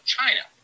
China